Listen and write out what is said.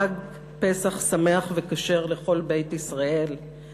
חג פסח שמח וכשר לכל בית ישראל,